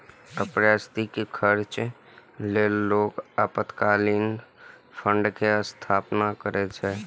अप्रत्याशित खर्च लेल लोग आपातकालीन फंड के स्थापना करै छै